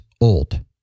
old